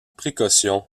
précaution